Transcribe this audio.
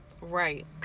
Right